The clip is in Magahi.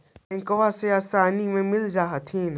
बैंकबा से आसानी मे मिल जा हखिन?